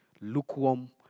lukewarm